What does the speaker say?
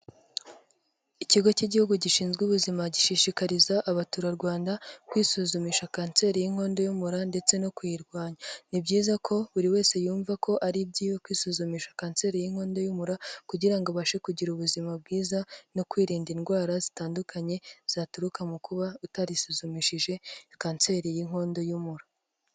Ikigo cy'Igihugu gishinzwe ubuzima gishishikariza Abaturarwanda kwisuzumisha kanseri y'inkondo y'umura ndetse no kuyirwanya. Ni byiza ko buri wese yumva ko ari ibyiwe kwisuzumisha kanseri y'inkondo y'umura, kugira ngo abashe kugira ubuzima bwiza no kwirinda indwara zitandukanye zaturuka mu kuba utarisuzumishije kanseri y'inkondo y'umura.